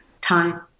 time